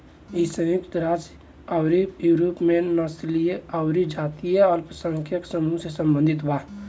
इ संयुक्त राज्य अउरी यूरोप में नस्लीय अउरी जातीय अल्पसंख्यक समूह से सम्बंधित बा